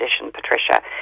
Patricia